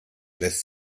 lässt